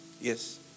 Yes